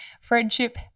friendship